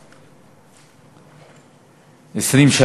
10,